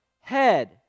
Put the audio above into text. head